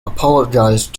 apologized